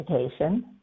education